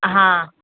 હા